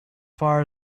far